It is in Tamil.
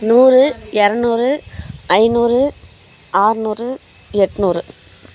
நூறு இரநூறு ஐநூறு அறுநூறு எண்நூறு